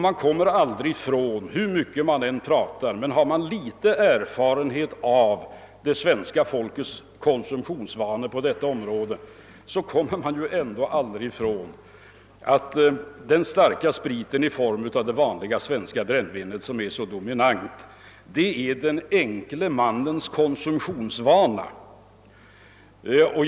Man kan prata hur mycket som helst om saken, men har man någon erfarenhet av det svenska folkets konsumtionsvanor på detta område, kommer man aldrig ifrån att den starka spriten i form av det vanliga svenska brännvinet, som är så dominant, tillhör den enkle mannens konsumtionsvanor.